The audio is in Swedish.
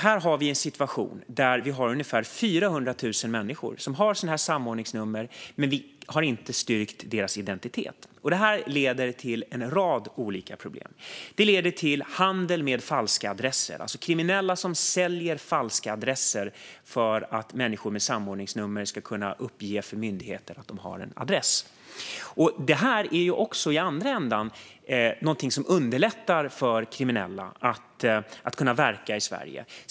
Vi har en situation där ungefär 400 000 människor har sådana samordningsnummer men där vi inte har styrkt deras identitet. Detta leder till en rad olika problem. Det leder till handel med falska adresser. Kriminella säljer alltså falska adresser för att människor med samordningsnummer ska kunna uppge för myndigheter att de har en adress. I andra änden är detta något som underlättar för kriminella att verka i Sverige.